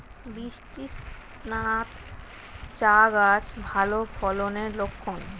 বৃষ্টিস্নাত চা গাছ ভালো ফলনের লক্ষন